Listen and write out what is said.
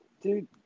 dude